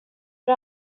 för